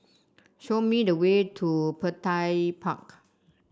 show me the way to Petir Park